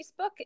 Facebook